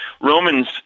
Romans